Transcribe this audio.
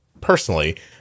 personally